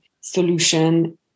solution